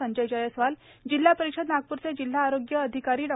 संजय जयस्वाल जिल्हा परिषद नागपूरचे जिल्हा आरोग्य अधिकारी डॉ